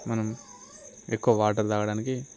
మనం ఎక్కువ వాటర్ త్రాగడానికి